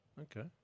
okay